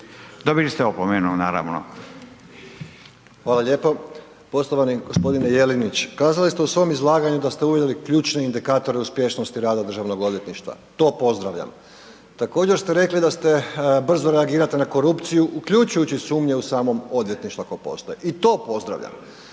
Dobili ste opomenu naravno.